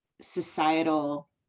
societal